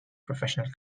professional